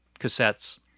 cassettes